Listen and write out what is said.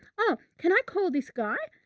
oh, can i call this guy?